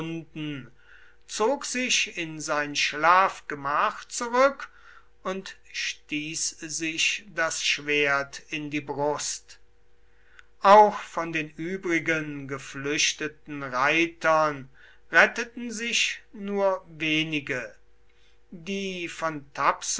zog sich in sein schlafgemach zurück und stieß sich das schwert in die brust auch von den übrigen geflüchteten reitern retteten sich nur wenige die von